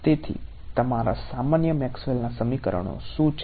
તેથી તમારા સામાન્ય મેક્સવેલના સમીકરણો શું છે